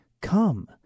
Come